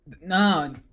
No